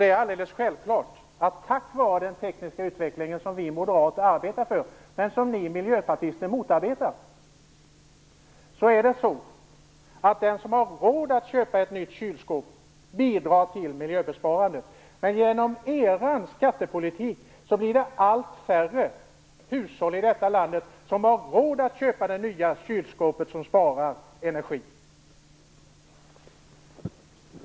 Det är självklart att tack vare den tekniska utvecklingen som vi moderater arbetar för, men som ni miljöpartister motarbetar, bidrar den som har råd att köpa ett nytt kylskåp till bevarandet av miljön. Men genom er skattepolitik blir det allt färre hushåll i detta land som får råd att köpa det nya kylskåpet som sparar energi.